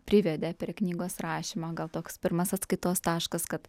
privedė prie knygos rašymo gal toks pirmas atskaitos taškas kad